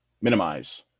minimize